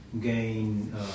gain